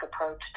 approach